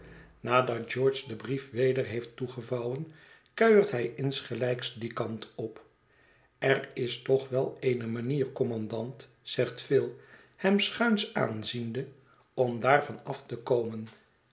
nadat george den brief weder heeft toegevouwen kuiert hij insgelijks dien kant op er is toch wel eene manier kommandant zegt phil hem schuins aanziende om daarvan af te komen